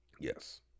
Yes